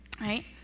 right